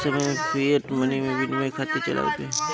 इ समय में फ़िएट मनी सरकार विनिमय खातिर चलावत बिया